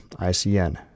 ICN